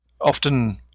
often